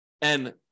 and-